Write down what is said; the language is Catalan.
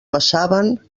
passaven